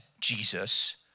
Jesus